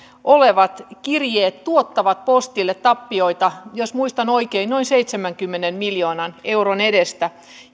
olevat kirjeet tuottavat postille tappioita jos muistan oikein noin seitsemänkymmenen miljoonan euron edestä